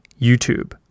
YouTube